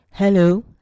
Hello